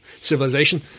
civilization